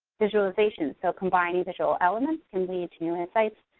visualization, so combining visual elements can lead to new insights.